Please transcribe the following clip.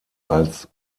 als